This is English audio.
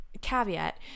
caveat